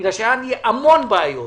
בגלל שהיו לי המון בעיות.